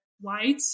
white